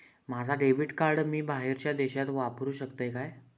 माझा debit card मी बाहेरच्या देशात वापरू शकतय काय?